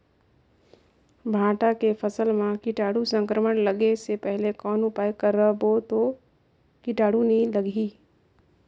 भांटा के फसल मां कीटाणु संक्रमण लगे से पहले कौन उपाय करबो ता कीटाणु नी लगही?